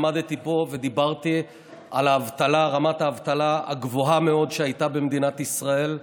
עמדתי פה ודיברתי על רמת האבטלה הגבוהה מאוד שהייתה במדינת ישראל.